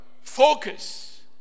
focus